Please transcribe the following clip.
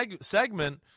segment